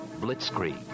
blitzkrieg